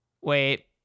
Wait